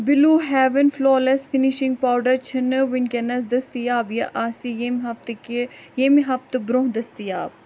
blue heaven flawless finishing powder چھنہٕ ونکیٚنَس دٔستِیاب، یہِ آسہِ ییٚمہِ ہفتہٕ کہِ ییٚمہِ ہفتہٕ برونٛہہ دٔستِیاب